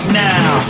now